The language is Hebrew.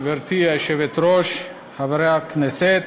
גברתי היושבת-ראש, חברי הכנסת,